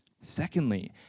Secondly